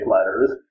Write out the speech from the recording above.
letters